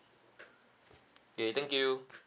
K thank you